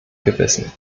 gewissen